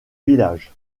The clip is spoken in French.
village